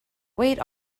weight